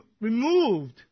Removed